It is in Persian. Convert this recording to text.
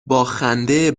باخنده